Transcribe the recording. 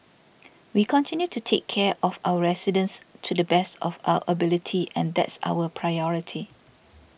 we continue to take care of our residents to the best of our ability and that's our priority